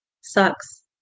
sucks